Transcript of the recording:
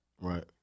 Right